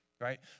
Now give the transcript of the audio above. right